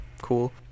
cool